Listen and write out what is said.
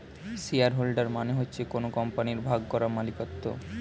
share holder মানে হচ্ছে কোন কোম্পানির ভাগ করা মালিকত্ব